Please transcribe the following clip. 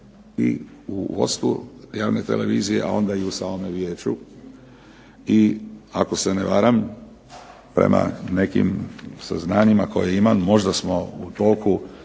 i u vodstvu javne televizije, a onda i u samome vijeću. I ako se ne varam prema nekim saznanjima koje imam možda smo u toku